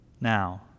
now